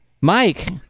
Mike